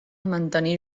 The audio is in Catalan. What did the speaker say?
mantenir